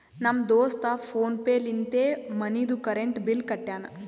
ನಮ್ ದೋಸ್ತ ಫೋನ್ ಪೇ ಲಿಂತೆ ಮನಿದು ಕರೆಂಟ್ ಬಿಲ್ ಕಟ್ಯಾನ್